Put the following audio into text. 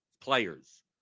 players